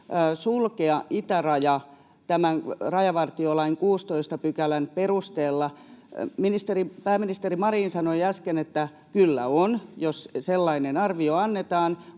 sulkea itäraja tämän rajavartiolain 16 §:n perusteella? Pääministeri Marin sanoi äsken, että kyllä on, jos sellainen arvio annetaan,